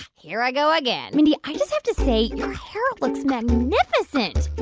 here i go again. mindy, i just have to say your hair looks magnificent.